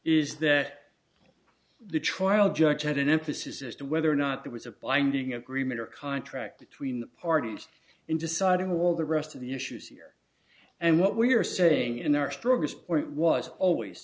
is that the trial judge had an emphasis as to whether or not there was a binding agreement or contract between the parties in deciding who will the rest of the issues here and what we are saying in our strongest point was always